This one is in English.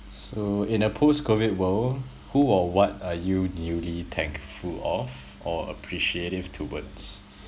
so in a post COVID world who or what are you newly thankful of or appreciative towards